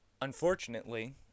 Unfortunately